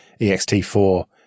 EXT4